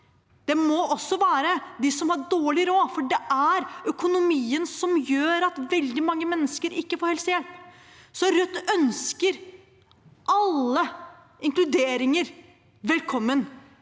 Det må også gjelde dem som har dårlig råd, for det er økonomien som gjør at veldig mange mennesker ikke får helsehjelp. Rødt ønsker alle inkluderinger velkommen,